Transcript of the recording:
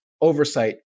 oversight